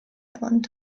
island